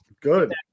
Good